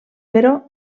però